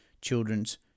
children's